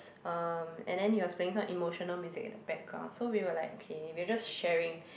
um and then he was playing some emotional music at the background so we were like okay we were just sharing